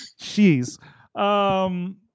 Jeez